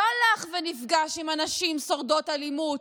לא הלך ונפגש עם הנשים שורדות האלימות